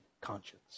conscience